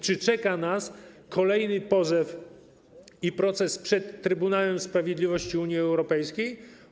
Czy czeka nas kolejny pozew i proces przed Trybunałem Sprawiedliwości Unii Europejskiej?